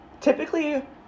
Typically